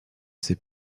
ses